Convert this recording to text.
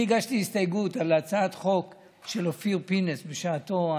אני הגשתי הסתייגות על הצעת חוק של אופיר פינס בשעתו,